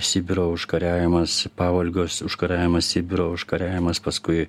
sibiro užkariavimas pavolgio užkariavimas sibiro užkariavimas paskui